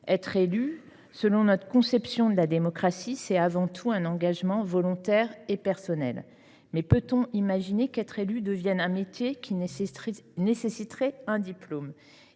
Être élu, selon notre conception de la démocratie, c’est avant tout un engagement volontaire et personnel. Mais peut on imaginer qu’être élu devienne un métier qui nécessiterait un diplôme ?